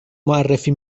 معرفی